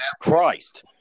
Christ